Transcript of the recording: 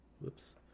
whoops